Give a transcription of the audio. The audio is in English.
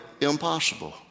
impossible